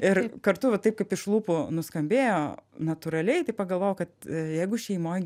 ir kartu taip kaip iš lūpų nuskambėjo natūraliai tai pagalvojau kad jeigu šeimoj pasako